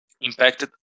impacted